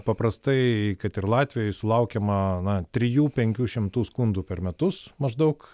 paprastai kad ir latvijoj sulaukiama na trijų penkių šimtų skundų per metus maždaug